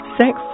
sex